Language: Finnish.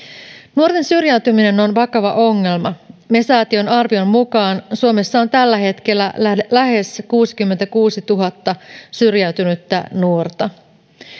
nuorten syrjäytyminen on vakava ongelma me säätiön arvion mukaan suomessa on tällä hetkellä lähes lähes kuusikymmentäkuusituhatta syrjäytynyttä nuorta